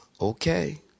Okay